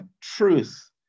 truth